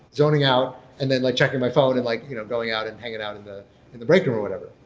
zoning out and then like checking my phone and like you know going out and hanging out in the the break room or whatever.